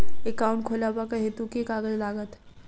Account खोलाबक हेतु केँ कागज लागत?